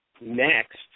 next